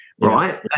Right